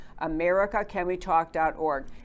americacanwetalk.org